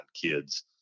kids